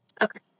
Okay